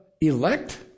elect